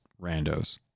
randos